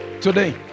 Today